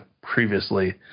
previously